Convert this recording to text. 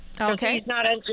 Okay